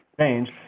change